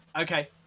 Okay